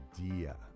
idea